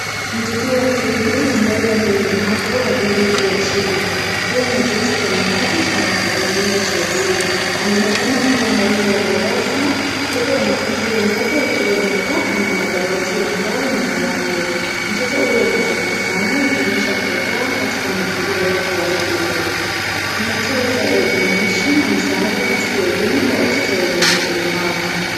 Mtoto wa kiume ambaye na ulemavu wa viungo vya chini akiwa ameketi kwenye kiti cha magurudumu cha bluu. Anaonekana akiwa ndani ya darasa huku wanafunzi wenzake wamekaa kwenye madawati ya mbao nyuma yake. Mtoto huyu anatabasamu akionyesha furaha katika mazingira yake ya shule. Inatoa hisia ya ujumuishi na msaada katika elimu kwa watoto wenye ulemavu.